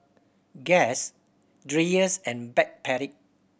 Guess Dreyers and Backpedic